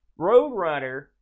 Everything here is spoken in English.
Roadrunner